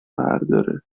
برداره